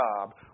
job